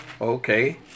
Okay